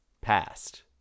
past